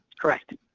Correct